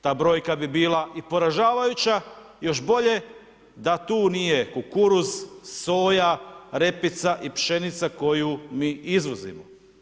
Ta brojka bi bila i poražavajuća, još bolje, da tu nije kukuruz, soja, repica i pšenica koju mi izvozimo.